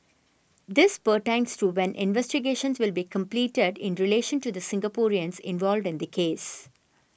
this pertains to when investigations will be completed in relation to the Singaporeans involved in the case